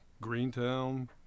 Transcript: Greentown